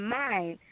mind